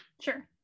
Sure